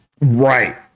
Right